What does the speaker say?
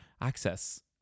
access